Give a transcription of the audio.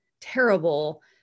terrible